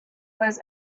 was